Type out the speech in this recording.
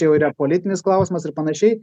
čia jau yra politinis klausimas ir panašiai